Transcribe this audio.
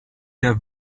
der